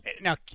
now